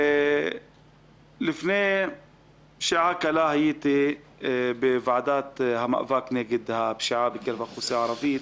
לפני שעה קלה הייתי בוועדה למאבק בפשיעה בקרב האוכלוסייה הערבית.